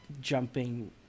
jumping